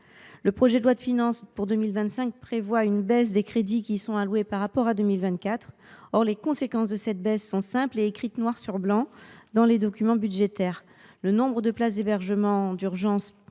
Le projet de loi de finances pour 2025 prévoit en la matière une baisse des crédits par rapport à 2024. Or les conséquences de cette baisse sont simples et écrites noir sur blanc dans les documents budgétaires : le nombre de places d’hébergement d’urgence